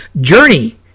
journey